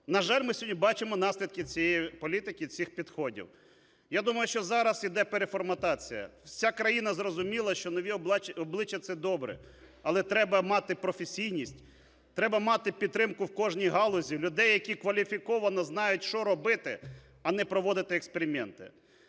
На жаль, ми сьогодні бачимо наслідки цієї політики, цих підходів. Я думаю, що зараз іде переформатація. Вся країна зрозуміла, що нові обличчя – це добре, але треба мати професійність, треба мати підтримку в кожній галузі людей, які кваліфіковано знають, що робити, а не проводити експерименти.